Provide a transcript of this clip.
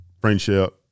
friendship